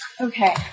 Okay